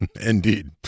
Indeed